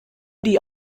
die